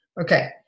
Okay